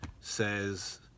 says